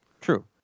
True